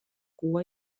cua